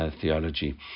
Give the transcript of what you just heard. theology